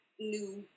new